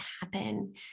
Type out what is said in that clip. happen